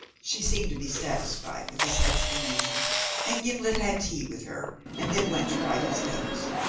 she seemed to be satisfied with this explanation and gimblet had tea with her, and then went to write his letters.